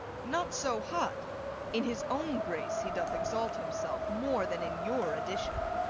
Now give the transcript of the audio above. not so hot in his own grace he doth exalt himself, more than in your addition.